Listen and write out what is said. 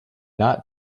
not